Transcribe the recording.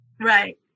right